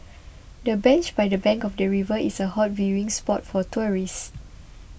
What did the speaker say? the bench by the bank of the river is a hot viewing spot for tourists